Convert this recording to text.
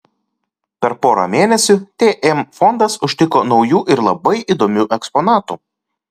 per porą mėnesių tm fondas užtiko naujų ir labai įdomių eksponatų